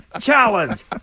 challenge